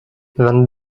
vingt